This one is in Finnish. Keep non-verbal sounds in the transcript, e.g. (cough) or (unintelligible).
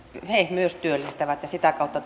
ne myös työllistävät ja sitä kautta (unintelligible)